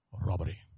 robbery